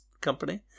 company